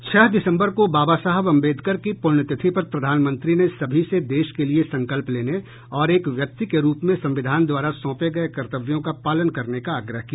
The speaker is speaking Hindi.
छह दिसंबर को बाबा साहेब अंबेडकर की पूण्यतिथि पर प्रधानमंत्री ने सभी से देश के लिए संकल्प लेने और एक व्यक्ति के रूप में संविधान द्वारा सौंपे गए कर्तव्यों का पालन करने का आग्रह किया